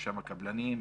ברשם הקבלנים,